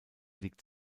liegt